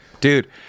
dude